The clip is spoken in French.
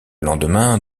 lendemain